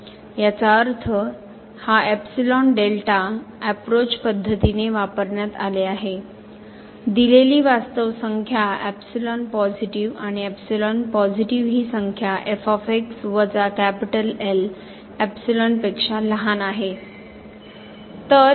याचा अर्थ या एपसीलोन डेलटा अप्रोच पध्दतीने वापरण्यात आले आहे दिलेली वास्तव संख्या इप्सिलॉन पॉझिटिव्ह आपण इप्सिलॉन पॉझिटिव्ह हि संख्या वजा इप्सिलॉनपेक्षा लहान आहे